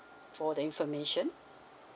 for the information